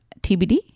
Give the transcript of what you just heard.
TBD